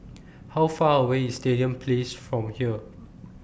How Far away IS Stadium Place from here